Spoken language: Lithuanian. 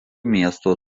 miesto